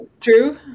true